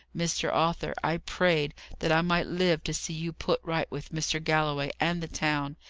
mr. arthur, i prayed that i might live to see you put right with mr. galloway and the town,